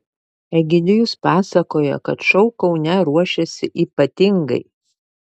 egidijus pasakoja kad šou kaune ruošiasi ypatingai